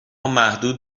محدود